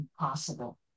impossible